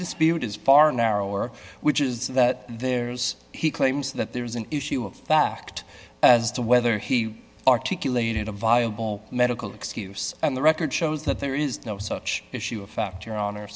dispute is far narrower which is that there's he claims that there is an issue of fact as to whether he articulated a viable medical excuse and the record shows that there is no such issue of fact your hon